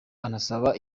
anasaba